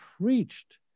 Preached